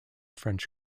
french